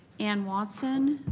anne watson,